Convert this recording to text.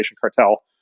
cartel